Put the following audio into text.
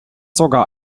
sogar